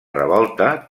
revolta